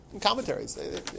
Commentaries